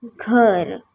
घर